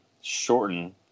shorten